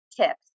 tips